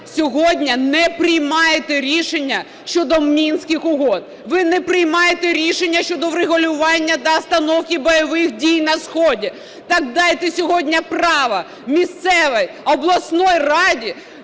сьогодні не приймаєте рішення щодо Мінських угод, ви не приймаєте рішення щодо врегулювання та остановки бойових дій на сході, так дайте сьогодні право місцевій обласній раді